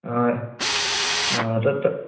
हा हा तत्